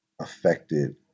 affected